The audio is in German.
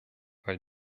weil